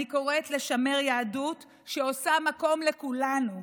אני קוראת לשמר יהדות שעושה מקום לכולנו,